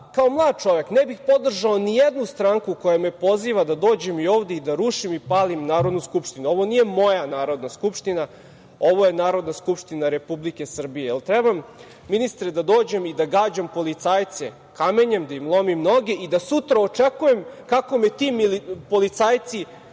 mlad čovek, ne bih podržao nijednu stranku koja me poziva da dođem ovde i da rušim i palim Narodnu skupštinu. Ovo nije moja Narodna skupština, ovo je Narodna skupština Republike Srbije. Da li treba, ministre, da dođem i da gađam policajce kamenjem, da im lomim noge i da sutra očekujem da me ti policajci